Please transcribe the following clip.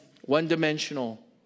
one-dimensional